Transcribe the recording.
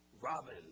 Robin